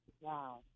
Wow